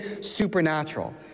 supernatural